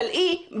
סלעי,